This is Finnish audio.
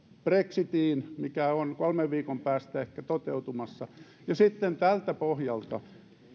brexit mikä on kolmen viikon päästä ehkä toteutumassa ja sitten tältä pohjalta